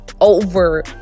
over